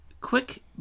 quick